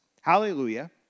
Hallelujah